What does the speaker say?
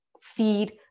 feed